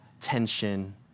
tension